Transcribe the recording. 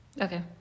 Okay